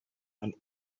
and